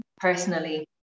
personally